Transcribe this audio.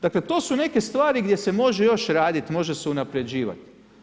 Dakle to su neke stvari gdje se može još radit, može se unaprjeđivat.